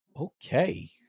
okay